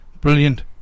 brilliant